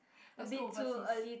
let's go overseas